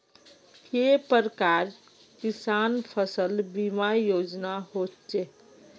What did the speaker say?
के प्रकार किसान फसल बीमा योजना सोचें?